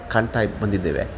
ಕಾಣುತ್ತಾ ಬಂದಿದ್ದೇವೆ